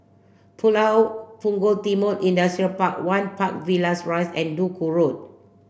Pulau Punggol Timor Industrial Park one Park Villas Rise and Duku Road